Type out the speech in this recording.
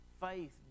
faith